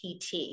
PT